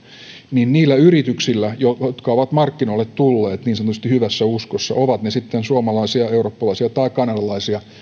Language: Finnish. niin niillä yrityksillä jotka ovat markkinoille tulleet niin sanotusti hyvässä uskossa ovat ne sitten suomalaisia eurooppalaisia tai kanadalaisia